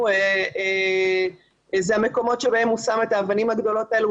זה המקומות שבהם הוא שם את האבנים הגדולות האלו.